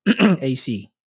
AC